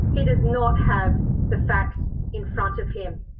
he does not have the facts in front of him.